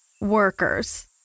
workers